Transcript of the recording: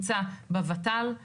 המבנה החדש ביותר הוא בן 120 שנה,